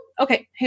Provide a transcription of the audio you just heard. Okay